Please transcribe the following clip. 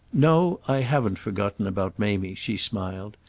no, i haven't forgotten about mamie, she smiled.